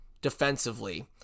defensively